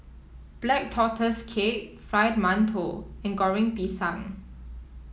Black Tortoise Cake Fried Mantou and Goreng Pisang